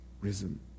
risen